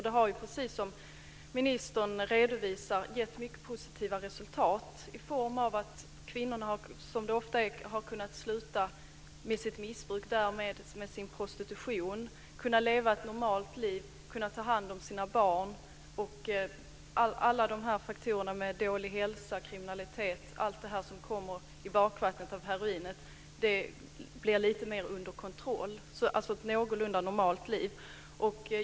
Det har, precis som ministern redovisar, gett mycket positiva resultat i form av att kvinnorna - som det ofta handlar om - har kunnat sluta med sitt missbruk och därmed sin prostitution och nu kan leva ett normalt liv och ta hand om sina barn. Allt det här med dålig hälsa och kriminalitet som kommer i bakvattnet av heroinet blir lite mer under kontroll. Man får alltså ett någorlunda normalt liv.